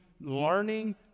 learning